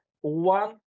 one